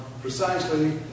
precisely